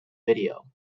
video